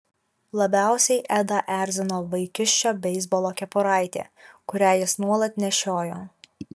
labiausiai edą erzino vaikiščio beisbolo kepuraitė kurią jis nuolat nešiojo